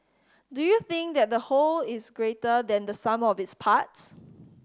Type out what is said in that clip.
do you think that the whole is greater than the sum of its parts